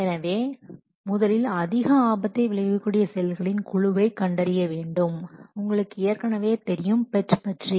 எனவே முதலில் அதிக ஆபத்தை விளைவிக்கக்கூடிய செயல்களின் குழுவை கண்டறிய வேண்டும் உங்களுக்கு ஏற்கனவே தெரியும் PERT பற்றி